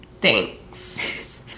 Thanks